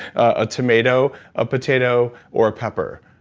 a tomato, a potato, or a pepper.